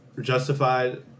Justified